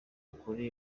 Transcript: ukuri